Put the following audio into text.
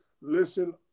listen